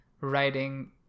writing